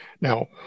Now